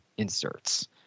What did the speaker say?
inserts